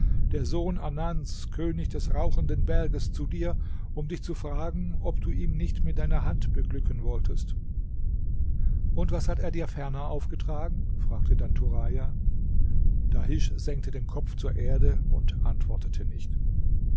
der sohn anans könig des rauchenden berges zu dir um dich zu fragen ob du ihm nicht mit deiner hand beglücken wolltest und was hat er dir ferner aufgetragen fragte dann turaja dahisch senkte den kopf zur erde und antwortete nicht